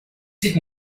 did